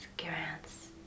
grants